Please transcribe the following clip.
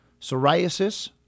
psoriasis